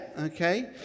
okay